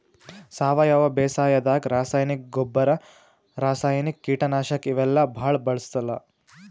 ಸಾವಯವ ಬೇಸಾಯಾದಾಗ ರಾಸಾಯನಿಕ್ ಗೊಬ್ಬರ್, ರಾಸಾಯನಿಕ್ ಕೀಟನಾಶಕ್ ಇವೆಲ್ಲಾ ಭಾಳ್ ಬಳ್ಸಲ್ಲ್